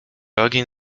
ogień